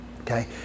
Okay